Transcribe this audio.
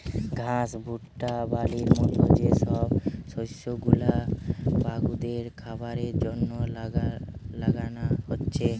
ঘাস, ভুট্টা, বার্লির মত যে সব শস্য গুলা পশুদের খাবারের জন্যে লাগানা হচ্ছে